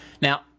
Now